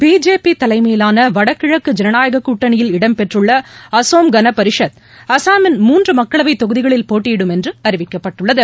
பிஜேபிதலைமையிலானவடகிழக்கு ஜனநாயககூட்டணியில் இடம்பெற்றுள்ளஅசாம் கணபரிஷத் அசாமின் மூன்றுமக்களவைதொகுதிகளில் போட்டியிடும் என்றுஅறிவிக்கப்பட்டுள்ளது